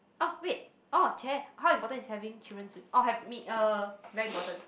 orh wait orh chey how important is having children orh me uh very important